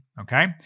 okay